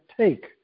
take